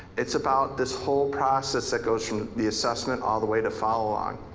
it's about this whole process that goes from the assessment all the way to follow along.